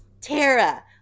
Tara